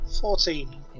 Fourteen